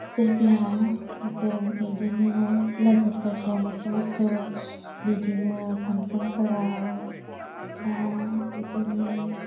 जेब्ला जों बिदिनो लोगोफोरजों ज' ज' बिदिनो फांसन फोराव एबा बिदिनो